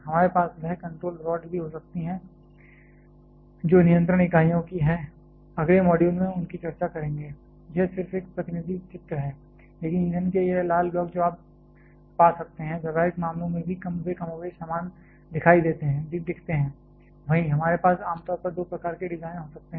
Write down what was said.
हमारे पास वह कंट्रोल रॉड्स भी हो सकती हैं जो नियंत्रण इकाइयों की हैं अगले मॉड्यूल में उनकी चर्चा करेंगे यह सिर्फ एक प्रतिनिधि चित्र है लेकिन ईंधन के यह लाल ब्लॉक जो आप पा सकते हैं व्यावहारिक मामलों में भी वे कमोबेश समान दिखते हैं वही हमारे पास आम तौर पर दो प्रकार के डिज़ाइन हो सकते हैं